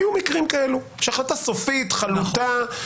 היו מקרים כאלה, שהחלטה סופית, חלוטה.